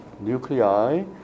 nuclei